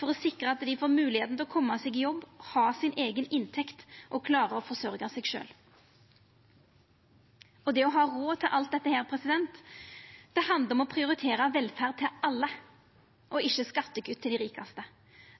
for å sikra at dei får moglegheit til å koma seg i jobb, ha si eiga inntekt og klara å forsørgja seg sjølv. Det å ha råd til alt dette handlar om å prioritera velferd til alle og ikkje skattekutt til dei rikaste.